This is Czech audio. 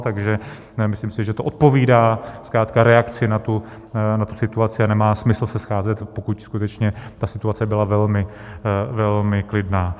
Takže nemyslím si, že to odpovídá zkrátka reakci na tu situaci, a nemá smysl se scházet, pokud skutečně ta situace byla velmi klidná.